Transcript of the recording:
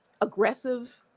aggressive